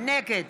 נגד